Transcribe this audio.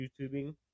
YouTubing